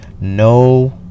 no